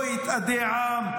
לא יתאדה עם.